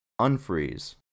unfreeze